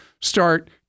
start